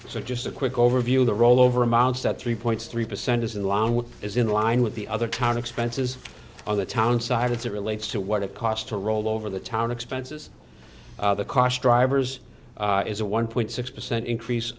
so just a quick overview of the rollover amounts that three point three percent is in line with is in line with the other town expenses on the town side it's it relates to what it cost to rollover the town expenses the cost drivers is a one point six percent increase